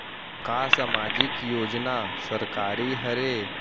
का सामाजिक योजना सरकारी हरे?